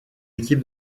équipes